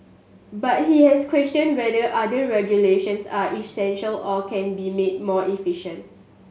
but he has questioned whether other regulations are essential or can be made more efficient